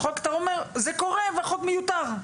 קורה והחוק מיותר.